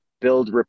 build